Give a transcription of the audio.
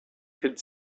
could